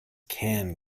can